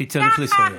כי צריך לסיים.